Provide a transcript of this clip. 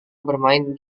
bermain